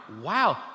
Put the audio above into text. wow